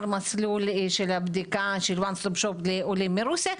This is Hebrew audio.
מסלול הבדיקה של one stop shop לעולים מרוסיה,